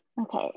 Okay